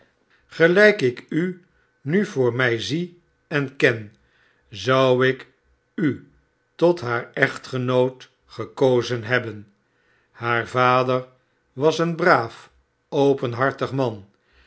gelijk ik u nu voor mij zie en ken zou ik u tot haar echtgenoot gekozen hebben haar vader was een braaf openhartig man